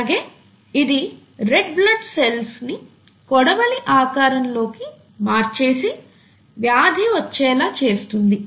అలాగే ఇది red blood cells ని కొడవలి ఆకారంలోకి మార్చేసి వ్యాధి వచ్చేలా చేస్తుంది